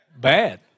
Bad